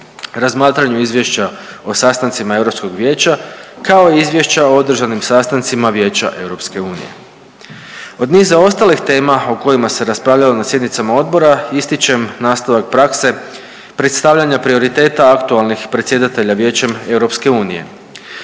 razmatranju izvješća o sastancima Europskog vijeća kao i izvješća o održanim sastancima Vijeća EU. Od niza ostalih tema o kojima se raspravljalo na sjednicama odbora ističem nastavak prakse predstavljanja prioriteta aktualnih predsjedatelja